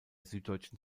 süddeutschen